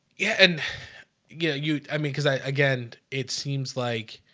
yeah and yeah you i mean cuz i again it seems like